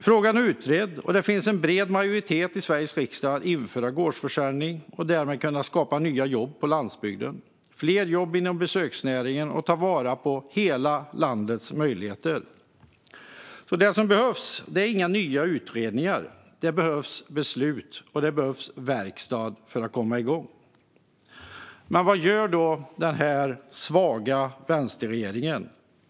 Frågan är utredd, och det finns en bred majoritet i Sveriges riksdag för att införa gårdsförsäljning och därmed kunna skapa nya jobb på landsbygden, skapa fler jobb inom besöksnäringen och ta vara på hela landets möjligheter. Det som behövs är alltså inga nya utredningar. Det behövs beslut, och det behövs verkstad för att komma igång. Men vad gör då den svaga vänsterregeringen?